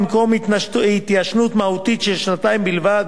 במקום התיישנות מהותית של שנתיים בלבד,